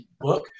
book